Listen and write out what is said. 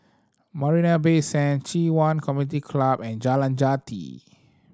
Marina Bay Sand Ci Yuan Community Club and Jalan Jati